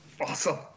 awesome